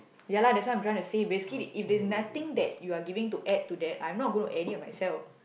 ya lah that's what I'm trying say basically if there's nothing that you're giving to add to that I'm not gonna add it myself